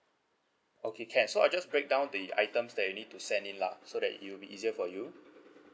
okay can so I just break down the items that you need to send in lah so that it will be easier for you